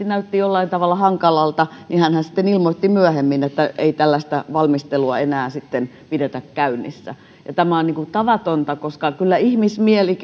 näytti jollain tavalla hankalalta niin hänhän sitten ilmoitti myöhemmin että ei tällaista valmistelua enää pidetä käynnissä tämä on tavatonta koska kyllä ihmismieli